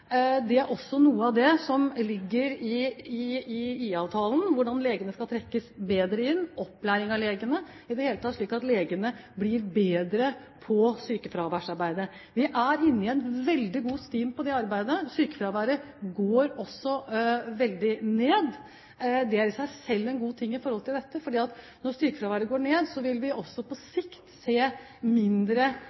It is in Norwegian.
Noe av det som ligger i IA-avtalen, er også hvordan legene skal trekkes bedre inn, opplæring av legene – i det hele tatt slik at legene blir bedre på sykefraværsarbeidet. Vi er inne i en veldig god stim i det arbeidet. Sykefraværet går også veldig ned. Det er i seg selv en god ting i forhold til dette, for når sykefraværet går ned, vil vi også på sikt se mindre